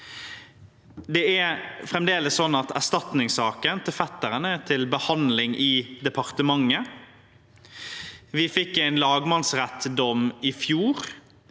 erstatningssaken til fetteren til behandling i departementet. Vi fikk en dom i lagmannsretten i fjor